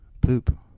poop